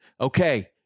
Okay